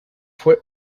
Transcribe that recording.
fue